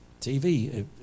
TV